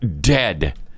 dead